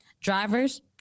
Drivers